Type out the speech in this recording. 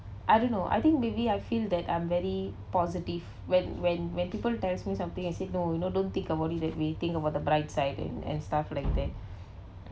I don't know I think maybe I feel that I'm very positive when when when people tells me something I say no you know don't think about it like we think about the bright side and and stuff like that